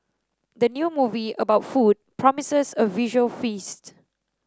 the new movie about food promises a visual feast